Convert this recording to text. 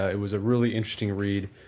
it was a really interesting read.